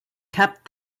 kept